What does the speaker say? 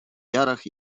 jarach